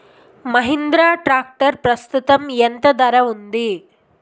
Mahindra tractor ప్రస్తుతం ఎంత ధర ఉంది?